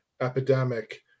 epidemic